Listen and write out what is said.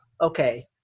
Okay